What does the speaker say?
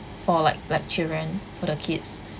for like like children for the kids